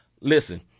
listen